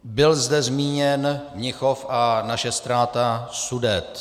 Byl zde zmíněn Mnichov a naše ztráta Sudet.